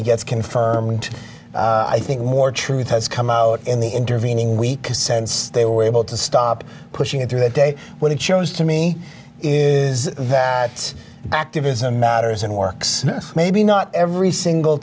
he gets confirmed i think more truth has come out in the intervening week since they were able to stop pushing him through the day when he chose to me is that activism matters and works maybe not every single